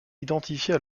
identifiée